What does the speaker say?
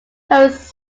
hosts